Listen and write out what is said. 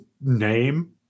name